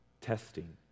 testing